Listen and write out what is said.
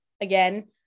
again